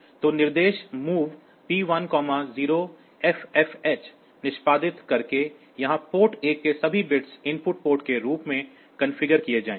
तो निर्देश MOV P10FFH निष्पादित करके यहां पोर्ट 1 के सभी बिट्स इनपुट पोर्ट के रूप में कॉन्फ़िगर किए जाएंगे